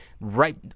Right